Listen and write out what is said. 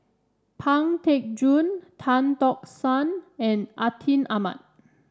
Pang Teck Joon Tan Tock San and Atin Amat